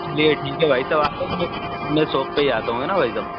चलिए ठीक है भाई साहब आता हूँ मैं मैं शोप पर ही आता हूँ है ना भाई साहब